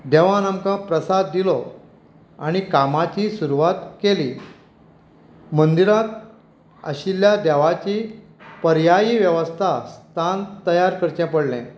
देवान आमकां प्रसाद दिलो आनी कामाची सुरवात केली मंदिराक आशिल्ल्या देवाची पर्यायी वेवस्था स्थान तयार करचें पडलें